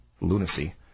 lunacy